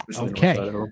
okay